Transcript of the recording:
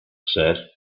said